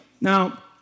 Now